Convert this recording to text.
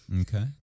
Okay